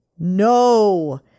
No